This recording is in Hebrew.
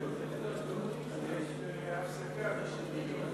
גם הבדלים בגובה יש כאן בכנסת.